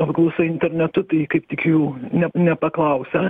apklausa internetu tai kaip tik jų ne nepaklausia